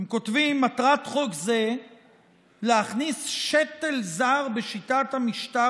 אתם כותבים: מטרת חוק זה להכניס שתל זר בשיטת המשטר